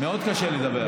מאוד קשה לי לדבר.